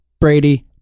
Brady